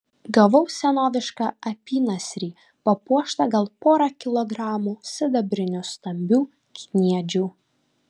gavau senovišką apynasrį papuoštą gal pora kilogramų sidabrinių stambių kniedžių